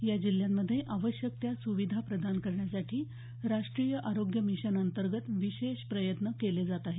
या जिल्ह्यांमध्ये आवश्यक त्या सुविधा प्रदान करण्यासाठी राष्ट्रीय आरोग्य मिशनअंतर्गत विशेष प्रयत्न केले जात आहेत